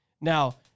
Now